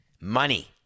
Money